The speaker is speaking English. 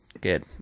good